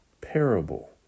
parable